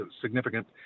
significant